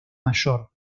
mayor